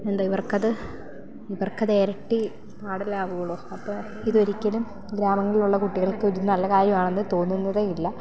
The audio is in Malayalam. എന്താ ഇവർക്കത് ഇവർക്കത് ഇരട്ടി ആഡ് അല്ലേ ആവുകയുള്ളൂ അപ്പം ഇതൊരിക്കലും ഗ്രാമങ്ങളിൽ ഉള്ള കുട്ടികൾക്കിത് നല്ല കാര്യമാണെന്ന് തോന്നുന്നതേ ഇല്ല